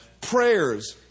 Prayers